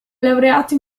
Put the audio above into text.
laureato